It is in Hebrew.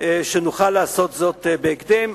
שנוכל לעשות זאת בהקדם.